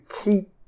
keep